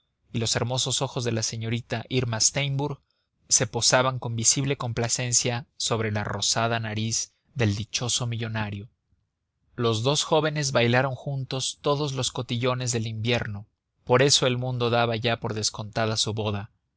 y los hermosos ojos de la señorita irma steimbourg se posaban con visible complacencia sobre la rosada nariz del dichoso millonario los dos jóvenes bailaron juntos todos los cotillones del invierno por eso el mundo daba ya por descontada su boda